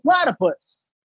platypus